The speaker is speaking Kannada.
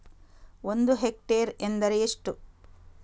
ಒಂದು ಹೆಕ್ಟೇರ್ ಎಂದರೆ ಎಷ್ಟು?